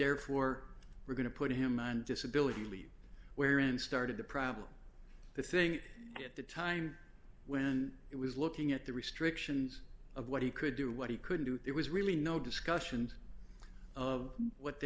therefore we're going to put him on disability leave where and started the problem the thing at the time when it was looking at the restrictions of what he could do what he couldn't do it was really no discussions of what